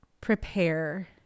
prepare